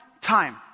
time